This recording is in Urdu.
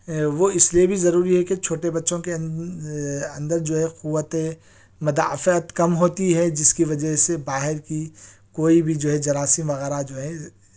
وہ اس لئے بھی ضروری ہے کہ چھوٹے بچوں کے اندر جو ہے قوت مداعفعت کم ہوتی ہے جس کی وجہ سے باہر کی کوئی بھی جو ہے جراثیم وغیرہ جو ہے